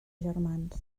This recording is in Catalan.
germans